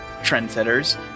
Trendsetters